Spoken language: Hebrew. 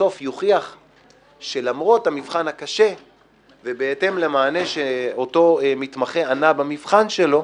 שבסוף יוכיח שלמרות המבחן הקשה ובהתאם למענה שאותו מתמחה ענה במבחן שלו,